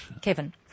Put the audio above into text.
Kevin